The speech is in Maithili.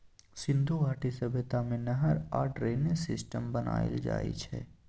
सिन्धु घाटी सभ्यता मे नहर आ ड्रेनेज सिस्टम बनाएल जाइ छै